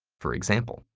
for example,